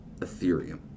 Ethereum